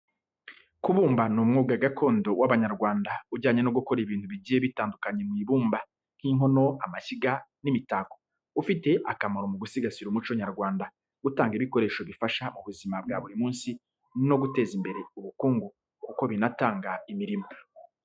Kubumba ni umwuga gakondo w’Abanyarwanda ujyanye no gukora ibintu bigiye bitandukanye mu ibumba, nk’inkono, amashyiga, n’imitako. Ufite akamaro mu gusigasira umuco nyarwanda, gutanga ibikoresho bifasha mu buzima bwa buri munsi, no guteza imbere ubukungu kuko binatanga imirimo.